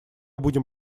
будем